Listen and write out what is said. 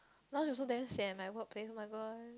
lunch also damn sian my work place oh-my-god